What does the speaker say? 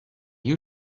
you